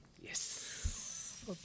Yes